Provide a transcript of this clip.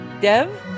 Dev